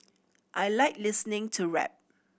I like listening to rap